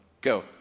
go